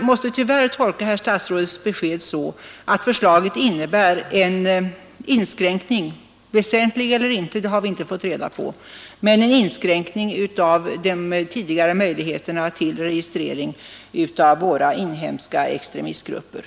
måste tyvärr tolka herr statsrådets besked så att förslaget innebär en inskränk ning — om den är väsentlig eller inte har vi inte fått reda på — av de tidigare möjligheterna till registrering av våra inhemska extremistgrupper.